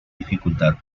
dificultad